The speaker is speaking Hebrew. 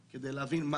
כדי להבין מה